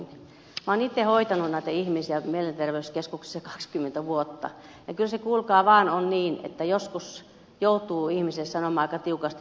olen itse hoitanut näitä ihmisiä mielenterveyskeskuksissa kaksikymmentä vuotta ja kyllä se kuulkaa vaan on niin että joskus joutuu ihmiselle sanomaan aika tiukastikin siitä juomisesta